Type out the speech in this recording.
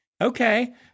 Okay